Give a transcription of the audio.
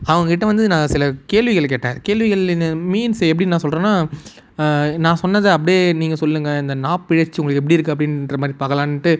அவங்கக்கிட்ட வந்து நான் சில கேள்விகள் கேட்டேன் கேள்விகள்னு மீன்ஸ் எப்படின் நான் சொல்கிறேன்னா நான் சொன்னதை அப்படியே நீங்கள் சொல்லுங்க அந்த நா பிறழ்ச்சி உங்களுக்கு எப்படி இருக்குது அப்படின்றமாரி பார்க்கலான்ட்டு